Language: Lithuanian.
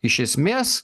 iš esmės